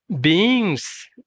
beings